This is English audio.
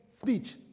speech